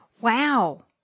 Wow